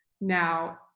Now